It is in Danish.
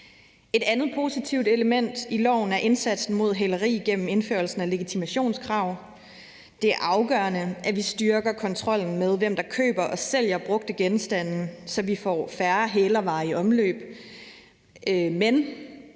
Et andet positivt element i loven er indsatsen mod hæleri er indførelsen af legitimationskrav. Det er afgørende, at vi styrker kontrollen med, hvem der køber og sælger brugte genstande, så vi får færre hælervarer i omløb. Men